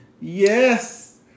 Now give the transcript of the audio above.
Yes